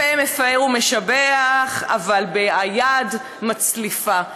הפה מפאר ומשבח אבל היד מצליפה,